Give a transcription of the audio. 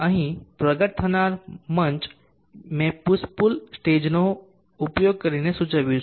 અહીં પ્રગટ થનાર મંચ મેં પુશ પુલ સ્ટેજનો ઉપયોગ કરીને સૂચવ્યું છે